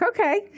okay